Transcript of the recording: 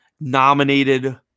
nominated